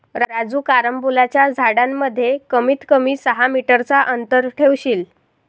राजू कारंबोलाच्या झाडांमध्ये कमीत कमी सहा मीटर चा अंतर ठेवशील